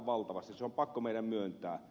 se on pakko meidän myöntää